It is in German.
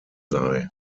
sei